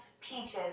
Peaches